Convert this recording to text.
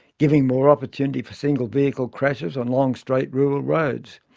giving more opportunity for single vehicle crashes on long straight rural roads.